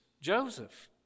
Joseph